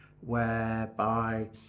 whereby